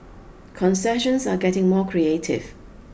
concessions are getting more creative